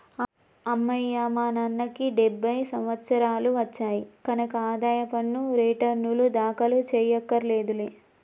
అమ్మయ్యా మా నాన్నకి డెబ్భై సంవత్సరాలు వచ్చాయి కనక ఆదాయ పన్ను రేటర్నులు దాఖలు చెయ్యక్కర్లేదులే